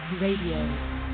Radio